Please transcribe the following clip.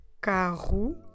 carro